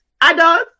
Adults